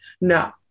No